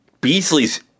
Beasley's